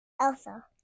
Elsa